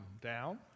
down